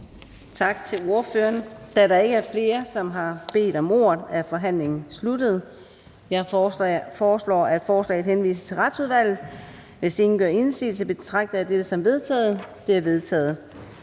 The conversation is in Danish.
Tak til ordføreren. Da der ikke er flere, som har bedt om ordet, er forhandlingen sluttet. Jeg foreslår, at forslaget henvises til Retsudvalget. Hvis ingen gør indsigelse, betragter jeg dette som vedtaget. Det er vedtaget.